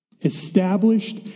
established